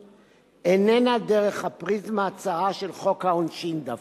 איננה דרך הפריזמה הצרה של חוק העונשין דווקא,